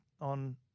on